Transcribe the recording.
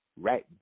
right